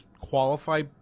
qualify